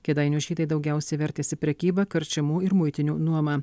kėdainių žydai daugiausiai vertėsi prekyba karčemų ir muitinių nuoma